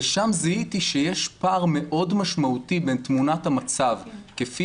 שם זיהיתי שיש פער מאוד משמעותי בין תמונת המצב כפי